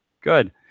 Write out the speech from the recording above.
good